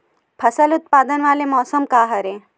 फसल उत्पादन वाले मौसम का हरे?